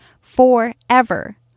forever